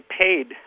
paid